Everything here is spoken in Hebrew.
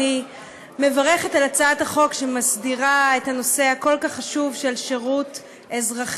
אני מברכת על הצעת החוק שמסדירה את הנושא הכל-כך חשוב של שירות אזרחי,